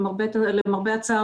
למרבה הצער,